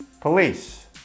Police